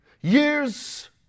years